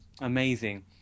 amazing